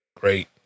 great